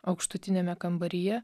aukštutiniame kambaryje